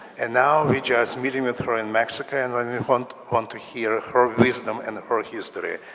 and now we just meeting with her in mexico and and we want want to hear her wisdom and her history.